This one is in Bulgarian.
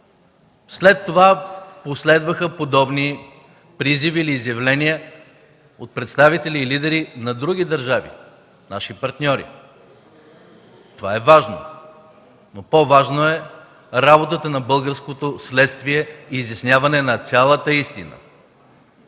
След това последваха подобни призиви или изявления от представители и лидери на други държави – наши партньори. Това е важно, но по-важна е работата на българското следствие и изясняване на цялата истина.